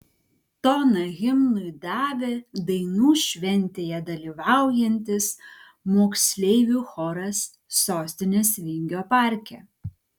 toną himnui davė dainų šventėje dalyvaujantis moksleivių choras sostinės vingio parke